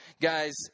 Guys